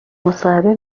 مصاحبه